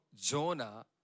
Jonah